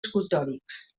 escultòrics